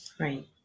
Right